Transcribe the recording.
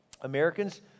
Americans